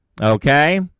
okay